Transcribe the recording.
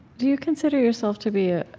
do you consider yourself to be ah